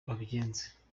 babigenza